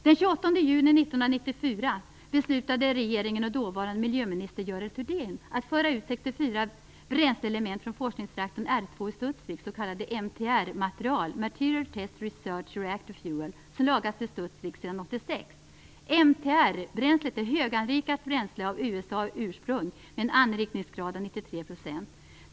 Den 28 juli 1994 beslutade regeringen och dåvarande miljöminister Görel Thurdin att föra ut 64 MTR-bränslet är höganrikat bränsle av USA-ursprung med en anrikningsgrad av 93 %.